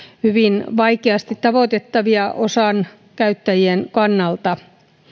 hyvin vaikeasti tavoitettavia osan käyttäjistä kannalta